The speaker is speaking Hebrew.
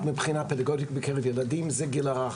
מבחינת פדגוגית בקרב ילדים היא הגיל הרך.